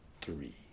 three